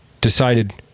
decided